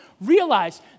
realize